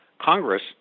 Congress